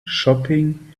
shopping